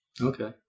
Okay